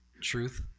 Truth